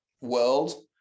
world